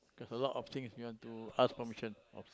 there's a lot of things you want to ask permission of